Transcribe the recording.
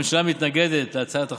הממשלה מתנגדת להצעת החוק.